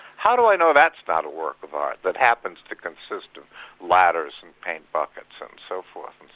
how do i know that's not a work of art that happens to consist of ladders and paint buckets and so forth?